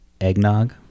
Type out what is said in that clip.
eggnog